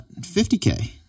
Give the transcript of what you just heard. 50k